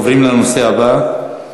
עוברים לנושא הבא: